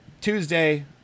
tuesday